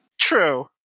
True